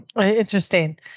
interesting